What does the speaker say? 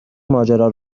ماجرا